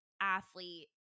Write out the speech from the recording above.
athlete